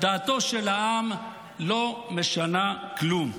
דעתו של העם לא משנה כלום.